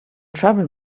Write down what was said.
trouble